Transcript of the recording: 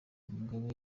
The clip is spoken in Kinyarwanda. mugabe